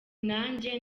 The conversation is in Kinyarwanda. nanjye